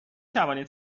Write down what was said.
توانید